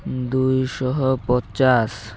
ଦୁଇ ଶହ ପଚାଶ